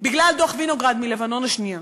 בגלל דוח וינוגרד על מלחמת לבנון השנייה.